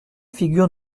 figures